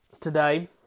today